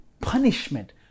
punishment